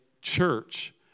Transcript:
church